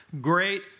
great